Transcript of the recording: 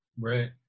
Right